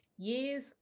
years